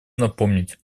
напомнить